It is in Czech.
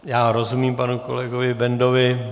Já rozumím panu kolegovi Bendovi.